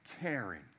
caring